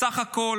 בסך הכול